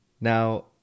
now